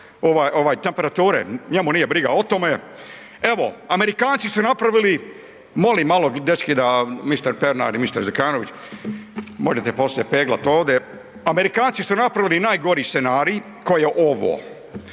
stupanj temperature? Njemu nije briga o tome. Evo, Amerikanci su napravili, molim malo dečki da mister Pernar i mister Zekanović, možete poslije peglat ovdje, Amerikanci su napravili najgori scenarij koji je ovo.